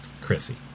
Chrissy